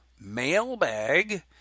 mailbag